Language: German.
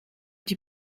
die